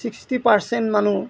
sixty percent মানুহ